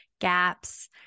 gaps